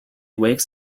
wakes